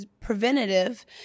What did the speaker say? preventative